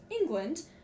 england